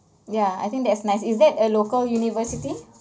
ya I think that's nice is that a local university